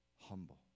humble